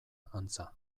antza